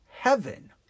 Heaven